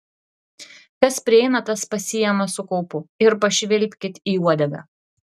kas prieina tas pasiima su kaupu ir pašvilpkit į uodegą